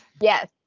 yes